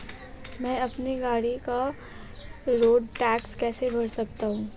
मैं अपनी गाड़ी का रोड टैक्स कैसे भर सकता हूँ?